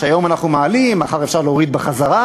שהיום אנחנו מעלים ומחר אפשר להוריד בחזרה,